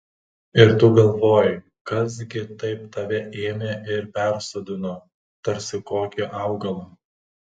ir tu galvoji kas gi taip tave ėmė ir persodino tarsi kokį augalą